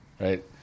right